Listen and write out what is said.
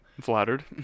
Flattered